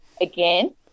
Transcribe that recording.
again